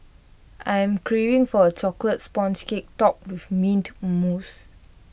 I am craving for A Chocolate Sponge Cake Topped with Mint Mousse